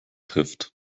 trifft